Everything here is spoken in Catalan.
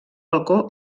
balcó